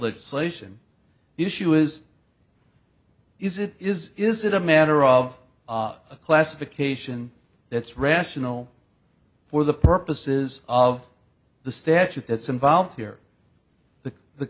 legislation the issue is is it is is it a matter of classification that's rational for the purposes of the statute that's involved here the